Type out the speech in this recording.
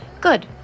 good